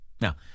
Now